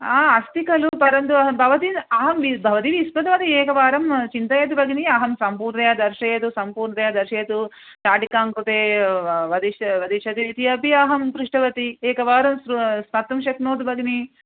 अस्ति खलु परन्तु अहं भवती अहं भवती विस्मृतवती एकवारं चिन्तयतु भगिनी अहं सम्पूर्णतया दर्शयतु सम्पूर्णतया दर्शयतु शाटिकाङ्कृते वदिष्यति इति अपि अहं पृष्टवती एकवारं कर्तुं शक्नोतु भगिनी